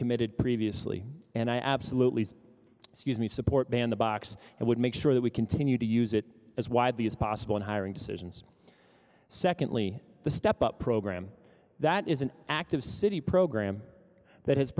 committed previously and i absolutely refuse me support than the box and would make sure that we continue to use it as widely as possible in hiring decisions secondly the step up program that is an active city program that has